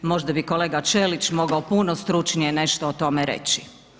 Možda bi kolega Ćelić mogao puno stručnije nešto o tome reći.